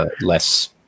less